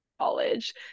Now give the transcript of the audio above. college